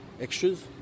Extras